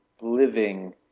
living